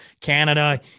Canada